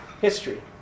history